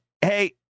hey